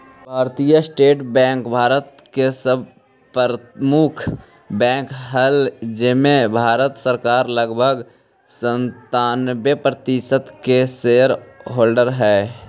भारतीय state bank Bharat के सर्व प्रमुख बैंक हइ जेमें भारत सरकार लगभग सन्तानबे प्रतिशत के शेयर होल्डर हइ